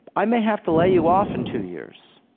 i may have to lay you off in two years.